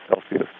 Celsius